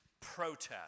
protest